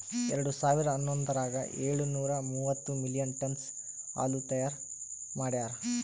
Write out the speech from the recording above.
ಎರಡು ಸಾವಿರಾ ಹನ್ನೊಂದರಾಗ ಏಳು ನೂರಾ ಮೂವತ್ತು ಮಿಲಿಯನ್ ಟನ್ನ್ಸ್ ಹಾಲು ತೈಯಾರ್ ಮಾಡ್ಯಾರ್